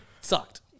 sucked